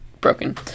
broken